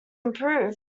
improved